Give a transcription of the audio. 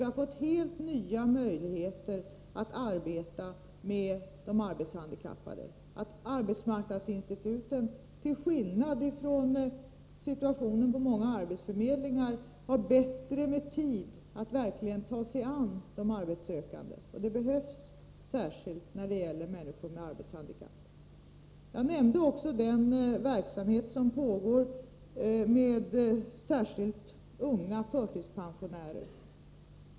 Vi har fått helt nya möjligheter när det gäller att arbeta med de arbetshandikappade. Arbetsmarknadsinstituten har — till skillnad från många arbetsförmedlingar — mera tid. De kan verkligen ta sig an de arbetssökande. Det är särskilt viktigt när det gäller människor med arbetshandikapp. Jag nämnde också den verksamhet som pågår bland unga förtidspensionärer.